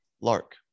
Lark